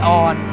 on